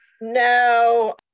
no